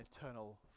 eternal